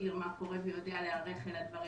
מכיר מה קורה ויודע להיערך אל הדברים